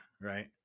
right